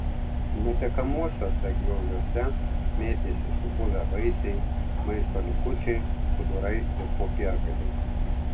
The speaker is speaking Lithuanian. nutekamuosiuose grioviuose mėtėsi supuvę vaisiai maisto likučiai skudurai ir popiergaliai